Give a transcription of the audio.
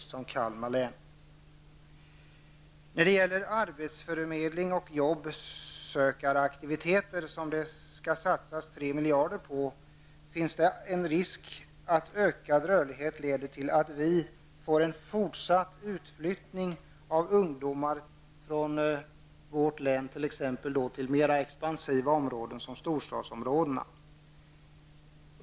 Det skall satsas tre miljarder på arbetsförmedling och jobb-sökar-aktiviteter. Det finns när det gäller dessa en risk för att ökad rörlighet leder till att vi får en fortsatt utflyttning av ungdomar från vårt län till mera expansiva områden som storstadsområdena.